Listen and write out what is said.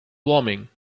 warming